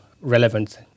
relevant